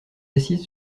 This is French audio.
assise